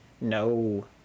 no